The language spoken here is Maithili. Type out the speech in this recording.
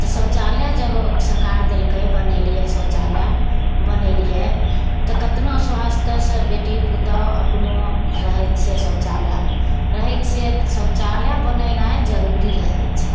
तऽ शौचालय जब सरकार देलकै बनैलियै शौचालय बनैलियै तऽ केतना स्वास्थसे बेटी पुतहु अपनो रहैत छियै शौचालयमे रहैत छियै तऽ शौचालय बनैनाइ जरूरी रहैत छै